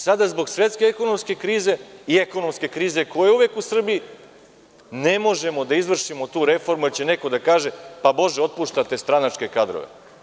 Sada zbog svetske ekonomske krize i ekonomske krize koja je uvek u Srbiji ne možemo da izvršimo tu reformu, jer će neko da kaže – Bože, otpuštate stranačke kadrove.